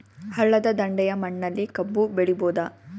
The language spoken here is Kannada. ಹಳ್ಳದ ದಂಡೆಯ ಮಣ್ಣಲ್ಲಿ ಕಬ್ಬು ಬೆಳಿಬೋದ?